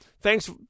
thanks